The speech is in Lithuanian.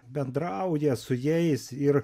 bendrauja su jais ir